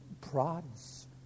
prods